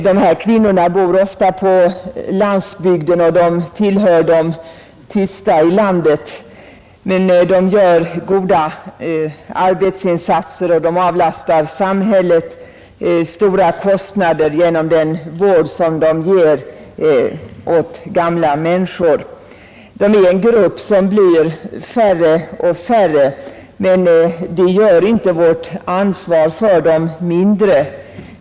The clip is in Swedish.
De här kvinnorna bor ofta på landsbygden och tillhör de tysta i landet, men de gör goda arbetsinsatser och avlastar samhället stora kostnader genom den vård som de ger åt gamla människor. De är en grupp som blir allt fåtaligare, men det gör inte vårt ansvar för dem mindre.